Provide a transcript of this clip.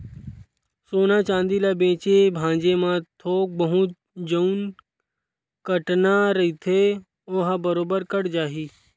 सोना चांदी ल बेंचे भांजे म थोक बहुत जउन कटना रहिथे ओहा बरोबर कट जाही